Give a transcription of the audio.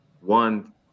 one